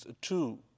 two